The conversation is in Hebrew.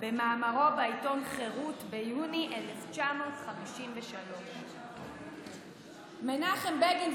במאמרו בעיתון "חרות" ביוני 1953. מנחם בגין,